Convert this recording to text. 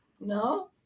no